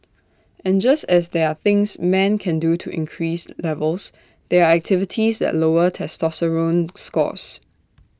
and just as there are things men can do to increase levels there are activities that lower testosterone scores